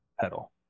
pedal